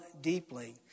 deeply